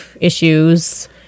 issues